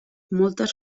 moltes